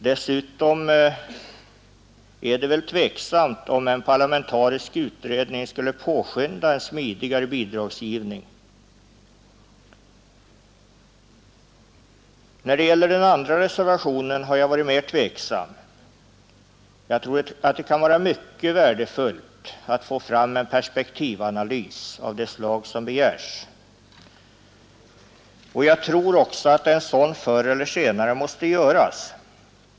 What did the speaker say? Dessutom är det väl tveksamt om en parlamentarisk utredning skulle påskynda en smidigare bidragsgivning. När det gäller reservationen 2 har jag varit mera tveksam. Det vore säkerligen mycket värdefullt att få fram en perspektivanalys av begärt slag, och jag tror att en sådan analys förr eller senare måste göras.